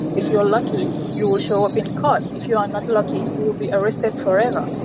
if you are lucky you will show up in court, if you are not lucky you will be arrested forever,